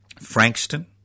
Frankston